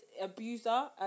abuser